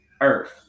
Earth